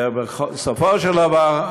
בסופו של דבר,